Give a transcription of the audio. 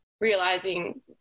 realizing